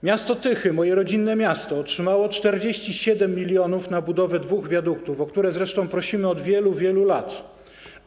Miasto Tychy, moje rodzinne miasto, otrzymało 47 mln na budowę dwóch wiaduktów, o które zresztą prosimy od wielu, wielu lat.